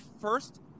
first